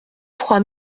trois